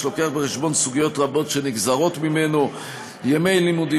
שמביא בחשבון סוגיות רבות שנגזרות ממנו: ימי לימודים,